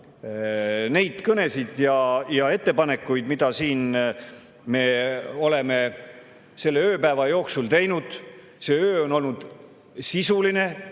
neid kõnesid ja ettepanekuid, mida me oleme selle ööpäeva jooksul siin teinud. See öö on olnud sisuline,